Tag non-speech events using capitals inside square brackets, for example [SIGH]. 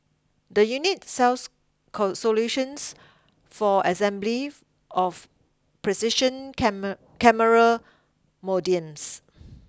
the unit sells [UNINTELLIGIBLE] solutions for assembly [UNINTELLIGIBLE] of precision [UNINTELLIGIBLE] camera modules